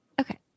Okay